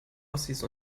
ossis